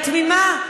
היא תמימה,